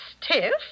Stiff